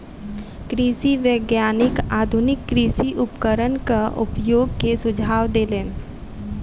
कृषि वैज्ञानिक आधुनिक कृषि उपकरणक उपयोग के सुझाव देलैन